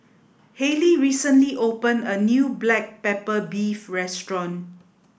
Haylie recently opened a new Black Pepper Beef Restaurant